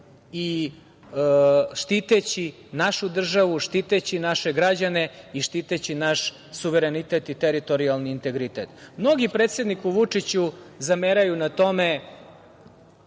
štiteći našu državu, štiteći naše građane i štiteći naš suverenitet i teritorijalni integritet. Mnogi predsedniku Vučiću zameraju na tome